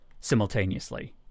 simultaneously